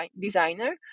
designer